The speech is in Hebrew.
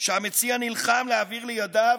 שהמציע נלחם להעביר לידיו